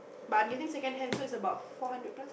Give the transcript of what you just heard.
but I'm getting secondhand so it's about four hundred plus